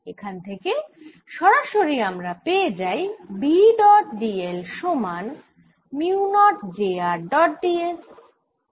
এখান থেকে সরাসরি আমরা পেয়ে যাই B ডট dl সমান mu naught j r dot ds